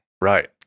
Right